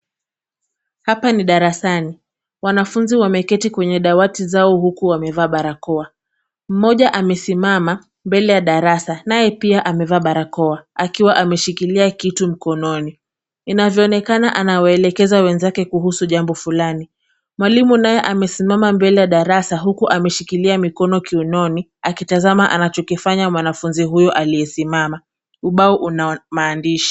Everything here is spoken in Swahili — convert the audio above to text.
Hapa ni darasani. Wanafunzi wameketi kwenye dawati zao huku wamevaa barakoa. Mmoja amesimama mbele ya darasa naye pia amevaa barakoa akiwa ameshikilia kitu mkononi. Inavyoonekana anawaelekeza wenzake kuhusu jambo fulani. Mwalimu naye amesimama mbele ya darasa huku ameshikilia mikono kiunoni akitazama anachokifanya mwanafunzi huyu aliyesimama. Ubao una maandishi.